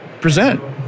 present